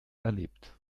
erlebt